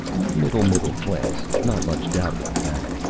middle middle class. not much doubt about that.